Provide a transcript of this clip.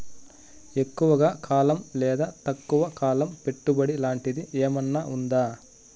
ఎక్కువగా కాలం లేదా తక్కువ కాలం పెట్టుబడి లాంటిది ఏమన్నా ఉందా